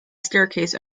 staircase